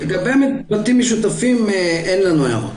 לגבי בתים משותפים אין לנו הערות.